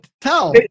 tell